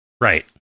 Right